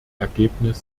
ergebnis